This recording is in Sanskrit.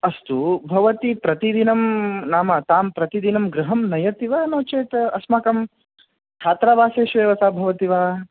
अस्तु भवती प्रतिदिनं नाम तां प्रतिदिनं गृहं नयति वा नो चेत् अस्माकं छात्रावासेषु एव सा भवति वा